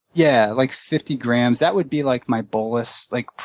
yeah, like, fifty grams. that would be like my bolus, like,